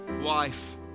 wife